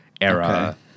era